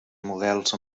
models